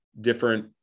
different